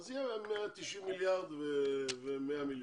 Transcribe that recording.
אז יהיה גירעון של 190 מיליארד ו-100 מיליון.